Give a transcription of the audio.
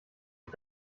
ich